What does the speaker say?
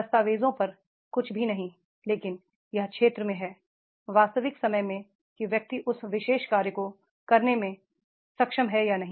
दस्तावेजों पर कुछ भी नहीं लेकिन यह क्षेत्र में है वास्तविक समय में कि व्यक्ति उस विशेष कार्य को करने में सक्षम है या नहीं